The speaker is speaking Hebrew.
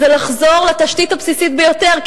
זה לחזור לתשתית הבסיסית ביותר.